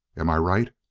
am i right?